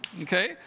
Okay